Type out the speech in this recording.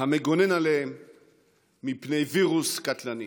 המגונן עליהם מפני וירוס קטלני.